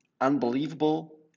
unbelievable